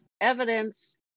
evidence